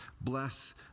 Bless